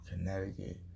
Connecticut